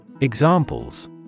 Examples